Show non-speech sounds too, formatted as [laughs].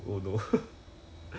[laughs]